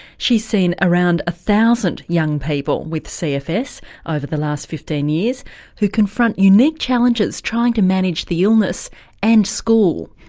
she's seen around one ah thousand young people with cfs over the last fifteen years who confront unique challenges trying to manage the illness and school.